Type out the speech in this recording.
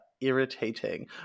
irritating